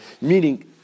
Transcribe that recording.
Meaning